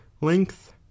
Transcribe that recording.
length